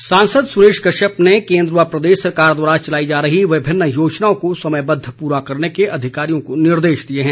सुरेश कश्यप सांसद सुरेश कश्यप ने केंद्र व प्रदेश सरकार द्वारा चलाई जा रही विभिन्न योजनाओं को समयबद्व प्ररा करने के अधिकारियों को निर्देश दिए हैं